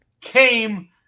came